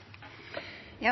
det